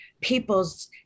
peoples